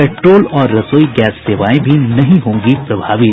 petrol और रसोई gas सेवाएं भी नहीं होंगी प्रभावित